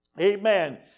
Amen